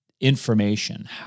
information